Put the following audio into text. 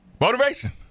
Motivation